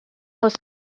most